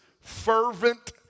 Fervent